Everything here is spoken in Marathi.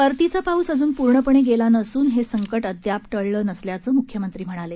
परतीचा पाऊस अजून पूर्णपणे गेला नसून हे संकट अद्याप टळलं नसल्याचं मुख्यमंत्री म्हणाले